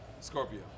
Scorpio